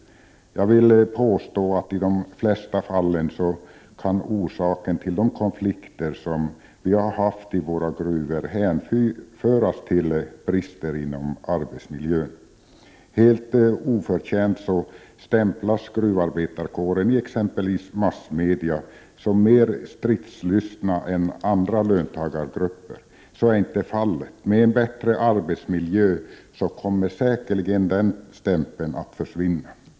Jag vill påstå att orsaken till de konflikter som vi har haft i våra gruvor i de flesta fall kan hänföras till brister beträffande arbetsmiljön. Helt oförtjänt stämplas gruvarbetarkåren exempelvis i massmedia som mer stridslysten än andra löntagargrupper, men så är inte fallet. Med en bättre arbetsmiljö kommer säkerligen den stämpeln att försvinna.